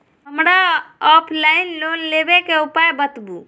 हमरा offline loan लेबे के उपाय बतबु?